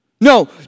No